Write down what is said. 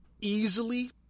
easily